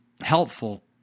helpful